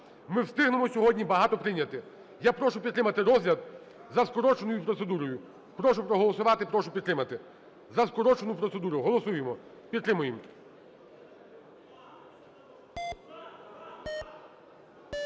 Ми встигнемо сьогодні багато прийняти. Я прошу підтримати розгляд за скороченою процедурою. Прошу проголосувати. Прошу підтримати. За скорочену процедуру голосуємо. Підтримаємо.